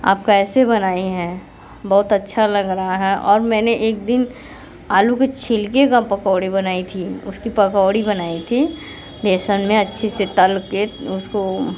आप कैसे बनाई है बहुत अच्छा लग रहा है और मैं एक दिन आलू के छिलके का पकोड़े बनाई थी उसकी पकौड़ी बनाई थी बेसन में अच्छे से तल के उसको